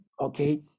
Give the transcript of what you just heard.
okay